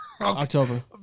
October